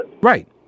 Right